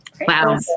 Wow